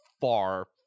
far